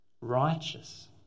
Righteous